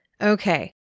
Okay